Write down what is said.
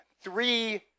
three